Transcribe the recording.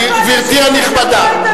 גברתי הנכבדה.